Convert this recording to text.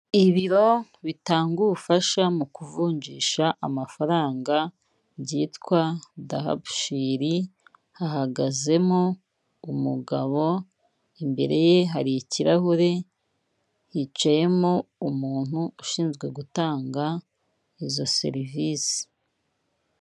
Ibiro bitanga ubufasha mu kuvunjisha amafaranga byitwa dahapushiri hahagazemo umugabo imbere ye hari ikirahure hicayeyemo umuntu ushinzwe gutanga izo serivisi.